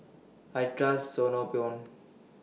I Trust Sangobion